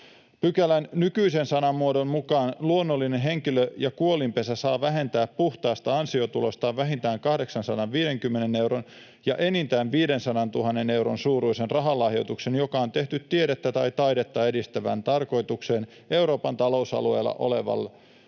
Pykälän nykyisen sanamuodon mukaan luonnollinen henkilö ja kuolinpesä saavat vähentää puhtaasta ansiotulostaan vähintään 850 euron ja enintään 500 000 euron suuruisen rahalahjoituksen, joka on tehty tiedettä tai taidetta edistävään tarkoitukseen Euroopan talousalueella olevalle